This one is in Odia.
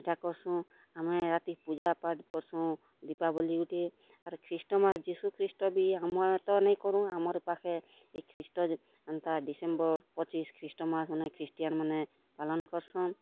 ଇଟା କର୍ସୁଁ ଆମେ ରାତି ପୂଜା ପାଠ୍ କର୍ସୁଁ ଦୀପାବଲି ଗୁଟେ ଆର୍ ଖ୍ରୀଷ୍ଟ୍ମାସ୍ ଯିଶୁଖ୍ରୀଷ୍ଟ ବି ଆମେ ତ ନେଇକରୁଁ ଆମର୍ ପାଖେ ଏ ଖ୍ରୀଷ୍ଟ ଏନ୍ତା ଡ଼ିସେମ୍ବର୍ ପଚିଶ୍ ଖ୍ରୀଷ୍ଟମାସ୍ମାନେ ଖ୍ରୀଷ୍ଟିୟାନ୍ମାନେ ପାଲନ୍ କର୍ସନ୍